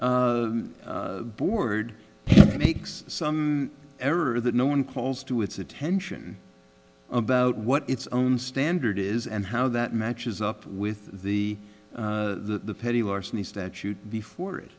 board makes some error that no one calls to its attention about what its own standard is and how that matches up with the the petty larceny statute before it